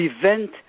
prevent